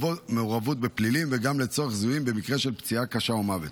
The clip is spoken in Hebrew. מעורבות בפלילים וגם לצורך זיהויים במקרה של פציעה קשה או מוות.